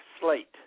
slate